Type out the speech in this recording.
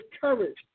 courage